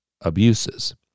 abuses